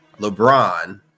LeBron